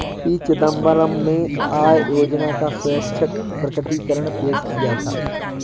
P Chidambaram ने आय योजना का स्वैच्छिक प्रकटीकरण पेश किया था